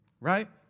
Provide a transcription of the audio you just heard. right